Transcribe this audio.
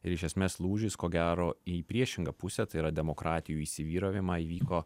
ir iš esmės lūžis ko gero į priešingą pusę tai yra demokratijų įsivyravimą įvyko